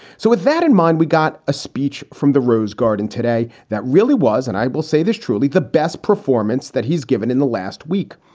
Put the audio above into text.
so with that in mind, we got a speech from the rose garden today that really was and i will say this truly the best performance that he's given in the last week.